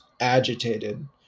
agitated